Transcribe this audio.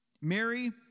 Mary